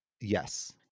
Yes